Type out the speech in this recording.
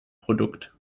produkt